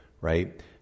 right